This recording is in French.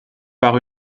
par